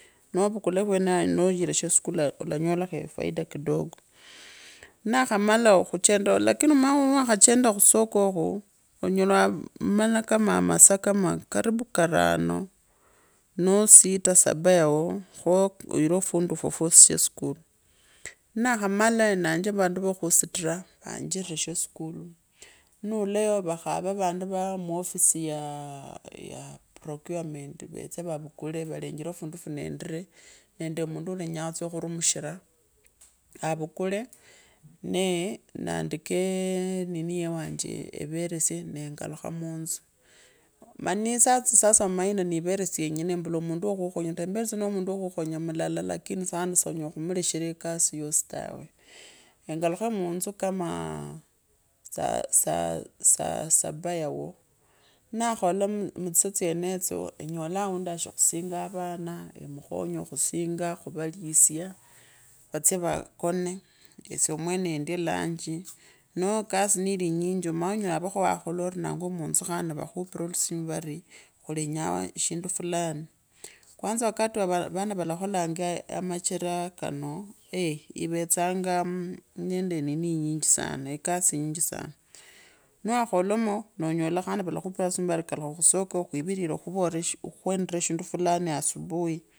Noovukwa wenao neeuyire sheshulu olanyakho efaisa kidogo nnakhamada khumuchedi lakini alaa niwakhachanda khusoka okhuu, onyela wamalaa kama massa kama karibu karano noowista saba, yao khoo oyire fundu fwenefo fwasi sheshkutu nnakhamasa enenge vandu vokhuustraa vaanjire sheskuli ninuula yo, vakhave vandu va mwofisi yaa procurement, veetse vavuuvite valenjare fundi fwa neenda nende mundu ulengaa khutusya khurumishire. Evakule nee naandika nini yewanje everesye nengalukha munzu, mani etsi sasa embere syinyone embula mundu wo khukhonye ta, mbere tsa no mundu wo khukhonye mulala lakini sana sonyela khumuleshera kasi yosi totee, engulushe munzu kwakwa saa. Saba yao ninakhela mutsisesaa tsyendatoo enyole aundi ashiri khusinga vana, emukhonye khusinga khuvalisye, vatsye vakone esye mwene endyo lanji, noo ekasi nilinyinji, erusanye onyela khuva khawakhola orinangwa munzu khandi vakhupira alusima rori khulenyaa aa eshjindu fulani, kwanza awakati avora valakholanga anachara kana ivetsanga nende inine inyingi sana niwakholana khondi nonyala khandi valakhuupranga simu khandi vari kalukha khusako khuivirere eshu khukwendra eshindu fulani asubuhi.